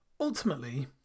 ultimately